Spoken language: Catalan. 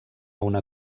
una